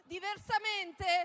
Diversamente